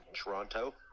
Toronto